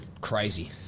Crazy